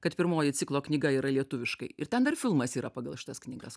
kad pirmoji ciklo knyga yra lietuviškai ir ten dar filmas yra pagal šitas knygas